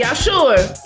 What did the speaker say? yeah sure!